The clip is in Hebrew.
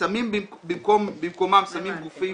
שמים במקומם גופים